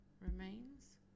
remains